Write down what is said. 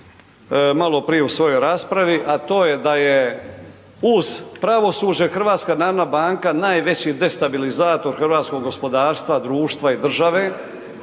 maloprije u svojoj raspravi, a to je da je uz pravosuđe HNB najveći destabilizator hrvatskog gospodarstva, društva i države.